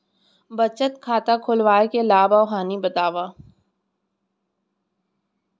बचत खाता खोलवाय के लाभ अऊ हानि ला बतावव?